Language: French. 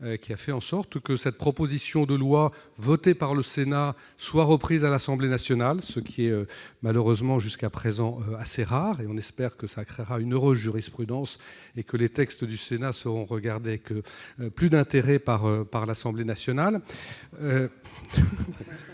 qui a fait en sorte que cette proposition de loi votée par le Sénat soit reprise à l'Assemblée nationale, ce qui est, malheureusement, jusqu'à présent, assez rare. Espérons que cela créera une heureuse jurisprudence et que les textes du Sénat seront regardés avec plus d'intérêt par l'Assemblée nationale.